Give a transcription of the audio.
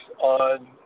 on